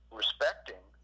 respecting